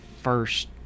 first